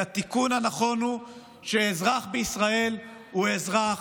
התיקון הנכון הוא שאזרח בישראל הוא אזרח,